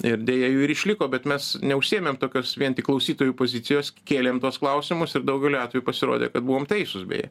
ir deja jų ir išliko bet mes neužsiėmėm tokios vien tik klausytojų pozicijos kėlėm tuos klausimus ir daugeliu atveju pasirodė kad buvom teisūs beje